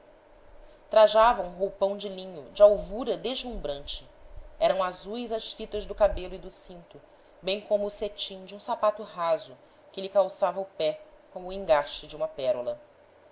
trajava um roupão de linho de alvura deslumbrante eram azuis as fitas do cabelo e do cinto bem como o cetim de um sapato raso que lhe calçava o pé como o engaste de uma pé rola